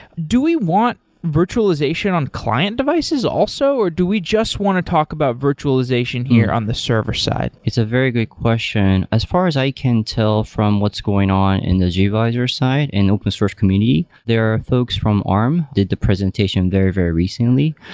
do we want virtualization on client devices also, or do we just want to talk about virtualization here on the server side? it's a very good question. as far as i can tell from what's going on in the gvisor side and open source community, there are folks from arm, did the presentation very, very recently.